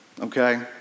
okay